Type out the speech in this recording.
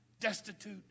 destitute